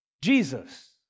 Jesus